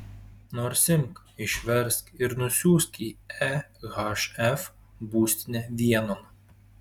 nors imk išversk ir nusiųsk į ehf būstinę vienon